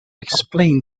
explain